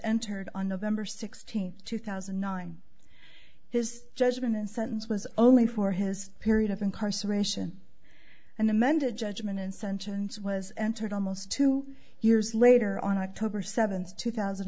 entered on november sixteenth two thousand and nine his judgment and sentence was only for his period of incarceration and amended judgment and sentence was entered almost two years later on october seventh two thousand